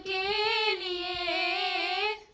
a